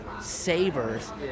savers